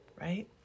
right